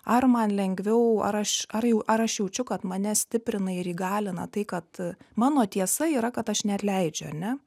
ar man lengviau ar aš ar jau ar aš jaučiu kad mane stiprina ir įgalina tai kad mano tiesa yra kad aš neatleidžiu ane